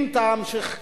אם תמשיך ככה,